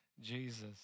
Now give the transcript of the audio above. Jesus